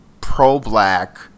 pro-black